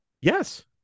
Yes